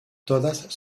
todas